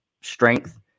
strength